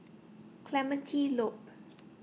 Clementi Loop